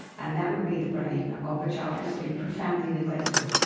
and that would be the brain of a child who has been profoundly neglected,